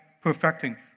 perfecting